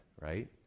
right